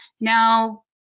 Now